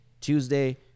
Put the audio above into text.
Tuesday